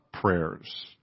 prayers